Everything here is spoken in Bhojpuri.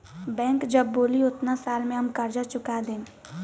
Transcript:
बैंक जब बोली ओतना साल में हम कर्जा चूका देम